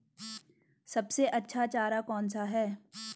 सबसे अच्छा चारा कौन सा है?